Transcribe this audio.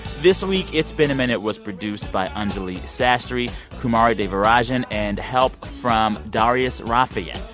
this week, it's been a minute was produced by anjuli sastry, kumari devarajan and help from darius rafieyan.